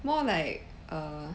more like err